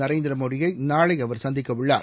நரேந்திரமோடியைநாளைஅவர் சந்திக்கஉள்ளார்